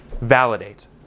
validate